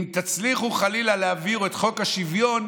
אם תצליחו חלילה להעביר את חוק השוויון,